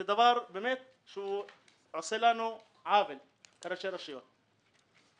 זה דבר שגורם לנו לראשי הרשויות עוול.